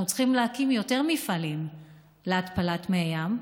אנחנו צריכים להקים יותר מפעלים להתפלת מי ים,